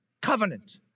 covenant